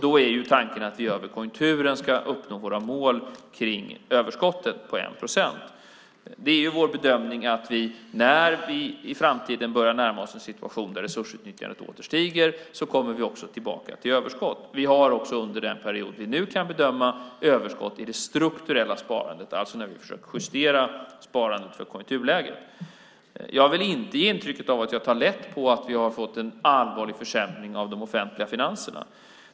Då är tanken att vi över konjunkturen ska uppnå våra mål på 1 procent för överskottet. Det är vår bedömning att vi när vi i framtiden börjar närma oss en situation där resursutnyttjandet åter stiger också kommer tillbaka till ett överskott. Vi har även under den period vi nu kan bedöma överskott i det strukturella sparandet, alltså när vi försöker justera sparandet för konjunkturläget. Jag vill inte ge intrycket av att jag tar lätt på att vi har fått en allvarlig försämring av de offentliga finanserna.